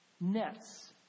nets